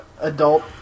adult